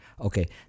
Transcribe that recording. okay